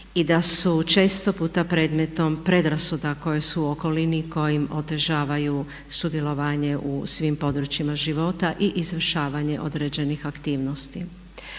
i da su često puta predmetom predrasuda koje su u okolini i koje im otežavaju sudjelovanje u svim područjima života i izvršavanje određenih aktivnosti.